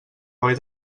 boi